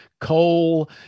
coal